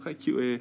quite cute leh